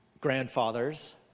grandfathers